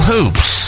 Hoops